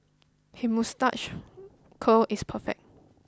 his moustache curl is perfect